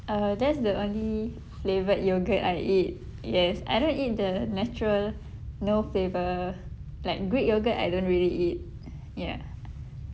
uh that's the only flavoured yogurt I eat yes I don't eat the natural no flavour like greek yogurt I don't really eat ya